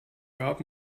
gab